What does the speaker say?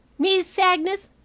miss agnes,